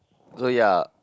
so ya